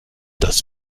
das